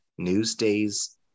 Newsday's